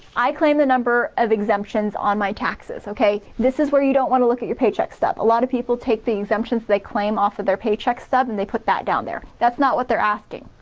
i claim the number of exemptions on my taxes, okay, this is where you don't wanna look at your paycheck stub. a lot of people take the exemptions they claim off of their paycheck stub and they put that down there. that's not what they're asking.